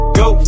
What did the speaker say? go